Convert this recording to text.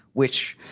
which.